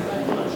והבה.